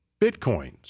Bitcoins